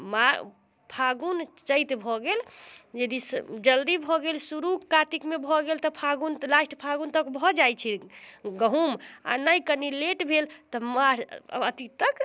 मा फागुन चैत भऽ गेल यदि जल्दी भऽ गेल शुरू कातिकमे भऽ गेल तऽ फागुन लास्ट फागुन तक भऽ जाइ छै गहुम आओर नहि कनि लेट भेल तऽ मार्च अथी तक